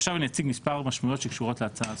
עכשיו אני אציג מספר משמעויות שקשורות להצעה הספציפית.